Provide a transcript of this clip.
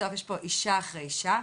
שבסוף יש פה אישה אחרי אישה,